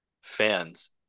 Fans